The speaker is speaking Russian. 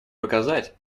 показать